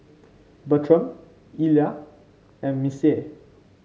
Bertram Illa and Missie